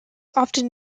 often